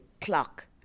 clock